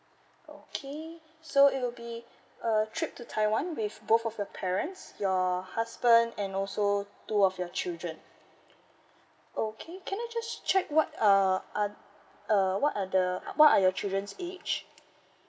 okay so it will be uh trip to taiwan with both of your parents your husband and also two of your children okay can I just check what uh are uh what are the what are your children's age